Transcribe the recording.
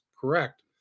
correct